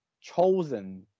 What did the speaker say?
chosen